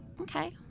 Okay